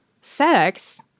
sex